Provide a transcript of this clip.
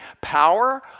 power